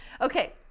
Okay